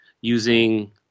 using